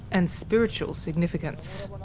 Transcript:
and spiritual significance.